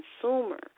consumer